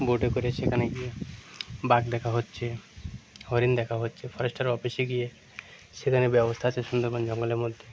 বোটে করে সেখানে গিয়ে বাঘ দেখা হচ্ছে হরিণ দেখা হচ্ছে ফরেস্টার অফিসে গিয়ে সেখানে ব্যবস্থা আছে সুন্দরবন জঙ্গলের মধ্যে